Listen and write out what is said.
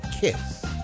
kiss